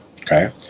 okay